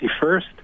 first